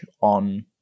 on